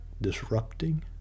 disrupting